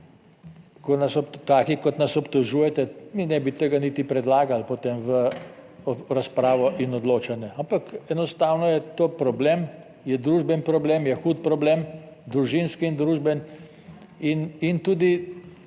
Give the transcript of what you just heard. taki kot nas obtožujete, mi ne bi tega niti predlagali, potem v razpravo in odločanje, ampak enostavno je to problem, je družbeni problem, je hud problem, družinski in družbeni in tudi